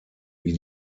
wie